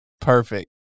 Perfect